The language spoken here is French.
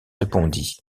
répondit